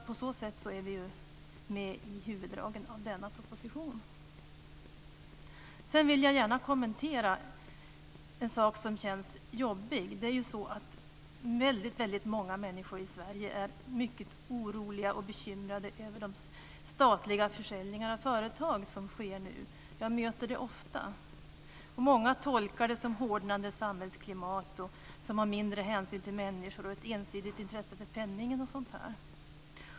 På så sätt är vi med i huvuddragen av denna proposition. Sedan vill jag gärna kommentera en sak som känns jobbig. Många människor i Sverige är oroade och bekymrade över statliga försäljningar av företag som sker nu. Jag möter denna oro ofta. Många tolkar detta som ett hårdnande samhällsklimat, mindre hänsyn till människor och ett ensidigt intresse för penningen.